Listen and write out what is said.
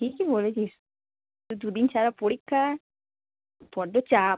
ঠিকই বলেছিস দুদিন ছাড়া পরীক্ষা বড্ড চাপ